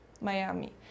Miami